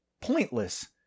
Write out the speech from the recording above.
pointless—